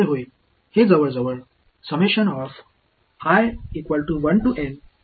எனவே இதையும் இதையும் ஒன்றாக இணைப்பது சமம் இப்போது நான் இந்த பையனை இங்கே பயன்படுத்துவேன் ஆனால் நான் ஐ அதனால் மாற்ற முடியும்